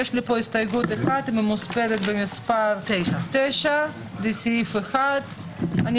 יש לי הסתייגות אחת שמספרה 9 לסעיף 1. אני